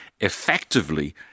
effectively